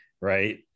Right